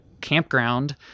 campground